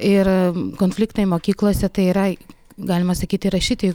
ir konfliktai mokyklose tai yra galima sakyti įrašyti